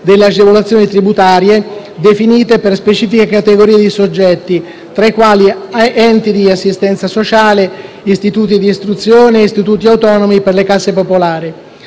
delle agevolazioni tributarie definite per specifiche categorie di soggetti (tra i quali, enti di assistenza sociale, istituti di istruzione e istituti autonomi per le case popolari).